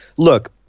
Look